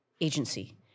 agency